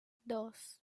dos